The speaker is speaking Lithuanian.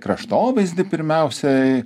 kraštovaizdį pirmiausiai